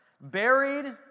Buried